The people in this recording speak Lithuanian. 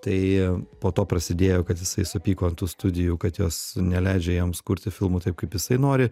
tai po to prasidėjo kad jisai supyko ant tų studijų kad jos neleidžia jam sukurti filmų taip kaip jisai nori